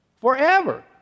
Forever